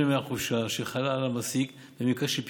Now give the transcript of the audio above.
ימי החופשה שחלה על המעסיק במקרה של פיטורים,